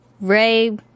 Ray